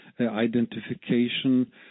identification